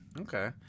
Okay